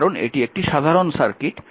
কারণ এটি একটি সাধারণ সার্কিট